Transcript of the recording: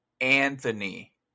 Anthony